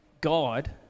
God